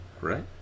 Right